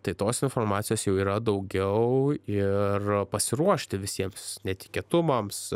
tai tos informacijos jau yra daugiau ir pasiruošti visiems netikėtumams